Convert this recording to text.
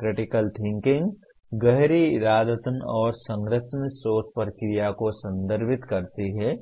critical thinking गहरी इरादतन और संरचित सोच प्रक्रिया को संदर्भित करती है